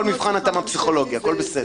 נשאיר את התוספת לסוף, נעבור לתיקון חוק העונשין.